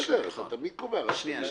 בסדר, אתה תמיד קובע מקסימום.